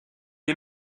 est